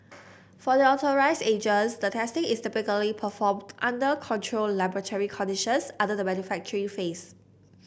for the authorised agents the testing is typically performed under controlled laboratory conditions under the manufacturing phase